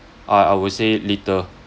I I would say little